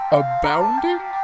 abounding